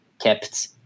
kept